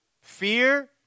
fear